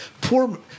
Poor